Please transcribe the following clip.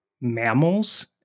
mammals